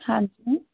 ਹਾਂਜੀ ਮੈਮ